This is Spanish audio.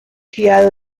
criado